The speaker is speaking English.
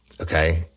okay